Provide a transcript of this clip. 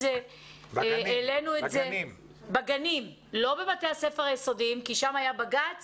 לא בבתי הספר היסודיים כי שם היה בג"צ